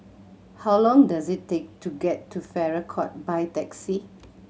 how long does it take to get to Farrer Court by taxi